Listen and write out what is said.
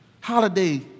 Holiday